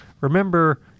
remember